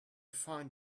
find